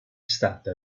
stata